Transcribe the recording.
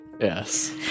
Yes